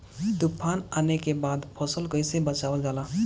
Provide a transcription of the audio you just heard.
तुफान आने के बाद फसल कैसे बचावल जाला?